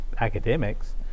academics